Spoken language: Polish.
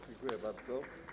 Dziękuję bardzo.